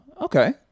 Okay